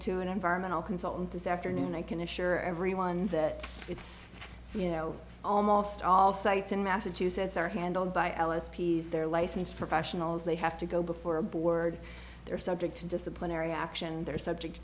to an environmental consultant this afternoon i can assure everyone that it's you know almost all sites in massachusetts are handled by alice pease they're licensed professionals they have to go before a board they are subject to disciplinary action and they're subject